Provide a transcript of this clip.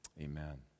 amen